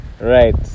right